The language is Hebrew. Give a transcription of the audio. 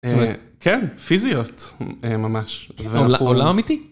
כן, פיזיות, ממש, ואחורה. עולם אמיתי?